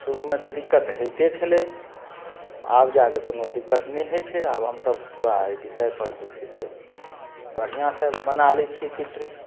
शुरूमे तऽ दिक्कत होइते छलै आब जाके कोनो दिक्कत नहि होइ छै आब हमसब पूरा अइ विषयपर जे छै से बढ़िआँसँ बना लै छियै चित्र